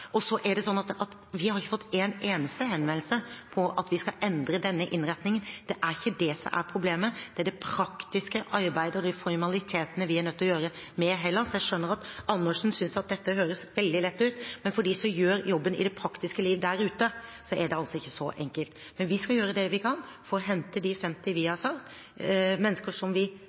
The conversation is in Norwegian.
Og vi har ikke fått en eneste henvendelse om at vi skal endre denne innretningen. Det er ikke det som er problemet. Det er det praktiske arbeidet og de formalitetene vi er nødt til å gjøre med Hellas. Jeg skjønner at Andersen synes at dette høres veldig lett ut, men for dem som gjør jobben i det praktiske liv der ute, er det ikke så enkelt. Men vi skal gjøre det vi kan for å hente de 50 vi har sagt, mennesker som vi